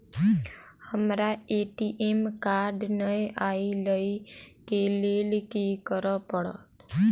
हमरा ATM card नै अई लई केँ लेल की करऽ पड़त?